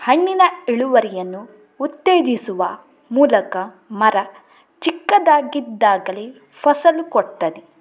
ಹಣ್ಣಿನ ಇಳುವರಿಯನ್ನು ಉತ್ತೇಜಿಸುವ ಮೂಲಕ ಮರ ಚಿಕ್ಕದಾಗಿದ್ದಾಗಲೇ ಫಸಲು ಕೊಡ್ತದೆ